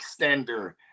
extender